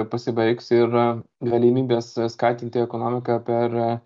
pasibaigs ir galimybės skatinti ekonomiką per